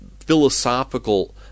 philosophical